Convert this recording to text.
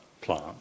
plant